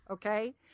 Okay